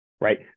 right